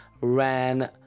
ran